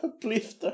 Please